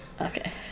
Okay